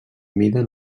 mida